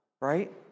right